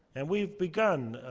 and we've begun.